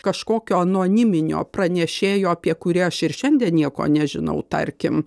kažkokio anoniminio pranešėjo apie kurį aš ir šiandien nieko nežinau tarkim